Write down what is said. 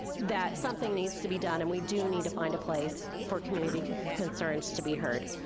that something needs to be done, and we do need to find a place for community concerns to be heard.